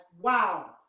wow